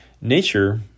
Nature